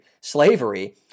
slavery